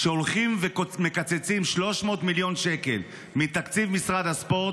כשהולכים ומקצצים 300 מיליון שקל מתקציב משרד הספורט,